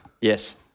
Yes